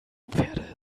pferde